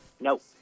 Nope